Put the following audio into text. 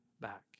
back